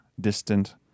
distant